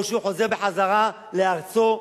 או שהוא חוזר לארצו ולמולדתו.